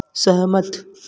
सहमत